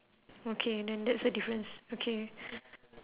okay then that's a difference okay